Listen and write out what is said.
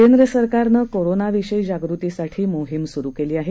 केंद्र सरकारनं कोरोनाविषयी जागृतीसाठी मोहीम सुरु केली आहे